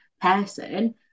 person